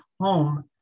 home